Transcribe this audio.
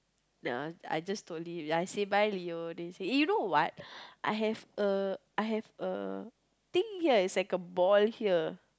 ya I just slowly ya I say bye Leo then he say eh you know what I have a I have a thing here is like a ball here